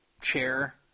chair